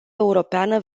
europeană